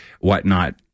whatnot